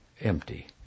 empty